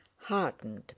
hardened